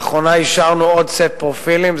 לאחרונה אישרנו עוד סט פרופילים.